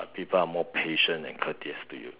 people are more patient and courteous to you